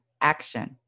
Action